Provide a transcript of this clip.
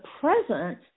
present